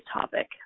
topic